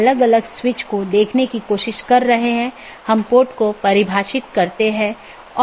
सबसे अच्छा पथ प्रत्येक संभव मार्गों के डोमेन की संख्या की तुलना करके प्राप्त किया जाता है